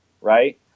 right